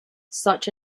such